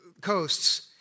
coasts